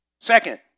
Second